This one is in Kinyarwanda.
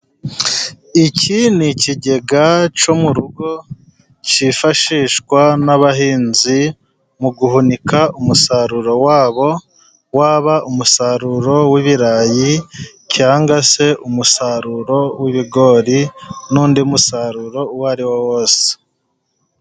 Iki ni ikigega cyo mu rugo cyifashishwa n'abahinzi, mu guhunika umusaruro wabo, waba umusaruro w'ibirayi cyangwa se umusaruro w'ibigori, n'undi musaruro uwo ariwo wose.